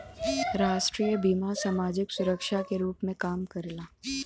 राष्ट्रीय बीमा समाजिक सुरक्षा के रूप में काम करला